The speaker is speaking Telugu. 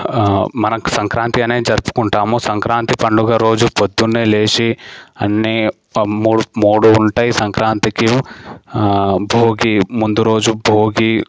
మనకి సంక్రాంతి అనే జరుపుకుంటాము సంక్రాంతి పండగ రోజు పొద్దున్నే లేచి అన్ని మూడు మూడు ఉంటాయి సంక్రాంతికి భోగి ముందు రోజు భోగి